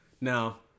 Now